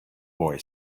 boy